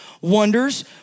wonders